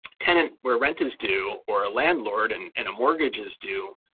tenant where rented is due or a landlord and and a mortgage is due,